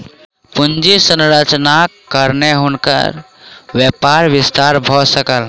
पूंजी संरचनाक कारणेँ हुनकर व्यापारक विस्तार भ सकल